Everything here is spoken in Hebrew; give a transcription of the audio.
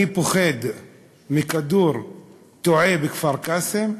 אני פוחד מכדור תועה בכפר-קאסם,